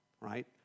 right